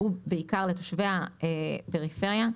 שהוא בעיקר לתושבי הפריפריה,